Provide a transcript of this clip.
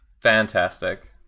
Fantastic